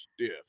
stiff